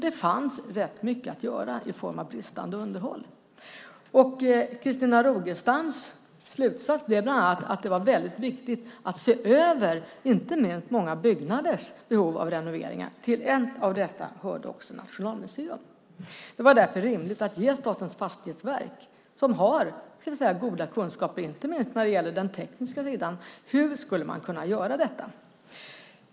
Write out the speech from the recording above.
Det fanns rätt mycket att göra i form av bristande underhåll. Christina Rogestams slutsats blev bland annat att det inte minst var viktigt att se över många byggnaders behov av renovering. Till dessa hörde Nationalmuseum. Det var därför rimligt att ge Statens fastighetsverk, som har goda kunskaper inte minst när det gäller den tekniska sidan, i uppdrag att utreda hur man skulle kunna göra detta.